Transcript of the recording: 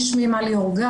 שמי מלי אורגד,